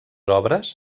obres